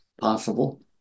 possible